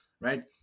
right